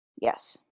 Yes